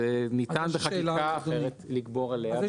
ניתן בחקיקה אחרת לגבור עליה.